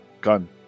gun